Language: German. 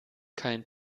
kein